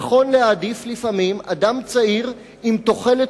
נכון להעדיף לפעמים אדם צעיר עם תוחלת